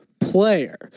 player